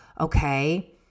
okay